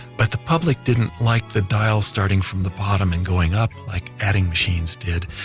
but the public didn't like the dial starting from the bottom and going up like adding machines did.